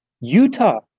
Utah